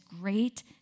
great